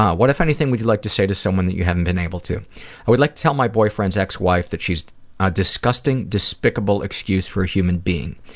what if anything would you like to say to someone that you haven't been able to i would like to tell my boyfriend's ex-wife that she's a disgusting, despicable excuse for a human being.